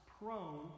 prone